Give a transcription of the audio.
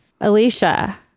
Alicia